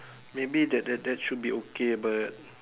maybe that that that should be okay but